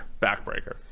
backbreaker